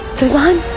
vivaan.